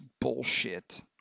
bullshit